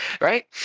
right